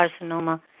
carcinoma